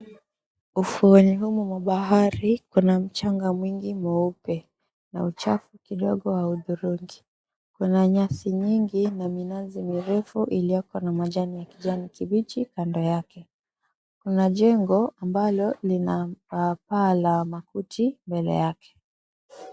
Ufuoni humu mwa nahari kuna mchanga mwingi mweupe na uchafu kidogo wa hudhurungi kuna nyasi nyingi na minazi mirefu ilioko na majani ya kijani kibichi kando yake kuna jengo lina paa la makuti mbele yake.